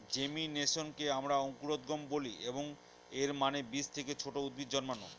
জেমিনেশনকে আমরা অঙ্কুরোদ্গম বলি, এবং এর মানে বীজ থেকে ছোট উদ্ভিদ জন্মানো